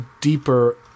deeper